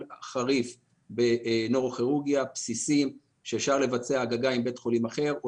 חריף בנוירוכירורגיה בסיסי שאפשר לבצע עם בית חולים אחר או